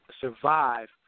survive